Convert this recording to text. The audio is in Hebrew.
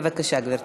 בבקשה, גברתי.